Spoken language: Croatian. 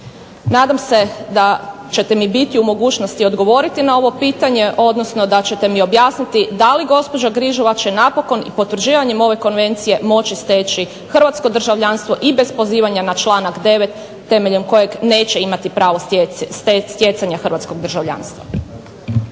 Nadam se da ćete mi biti u mogućnosti odgovoriti na ovo pitanje odnosno da ćete mi objasniti da li gospođa Grižova će napokon potpisivanjem ove Konvencije moći steći hrvatsko državljanstvo i bez pozivanja na članak 9. kojeg neće imati pravo stjecanja hrvatskog državljanstva.